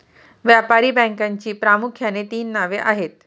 व्यापारी बँकेची प्रामुख्याने तीन नावे आहेत